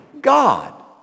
God